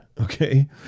Okay